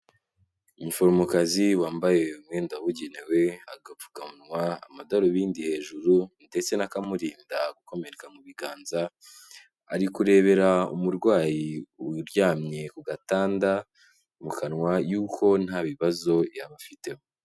Umuforomokazi wambaye umwenda wabugenewe, agapfukamunwa, amadarubindi hejuru, ndetse n'akamurinda gukomereka mu biganza, ari kurebera umurwayi uryamye ku gatanda mu kanwa yuko nta bibazo yaba afitemo.